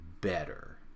better